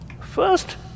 first